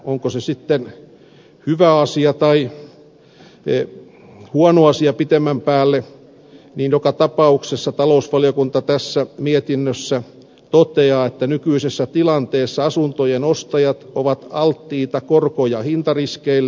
onko se sitten hyvä asia tai huono asia pitemmän päälle joka tapauksessa talousvaliokunta tässä mietinnössä toteaa että nykyisessä tilanteessa asuntojen ostajat ovat alttiita korko ja hintariskeille